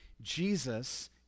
Jesus